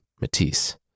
Matisse